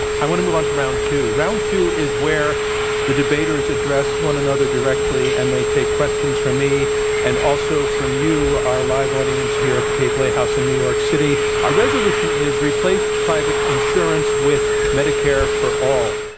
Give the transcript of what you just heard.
i want to move on to round two. round two is where the debaters address one another directly, and they take questions from me and also from you, our live audience here at the kaye playhouse in new york city. our resolution is, replace private insurance with medicare for all.